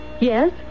Yes